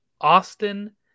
Austin